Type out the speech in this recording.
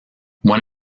one